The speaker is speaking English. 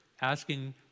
asking